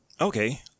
Okay